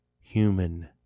human